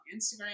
Instagram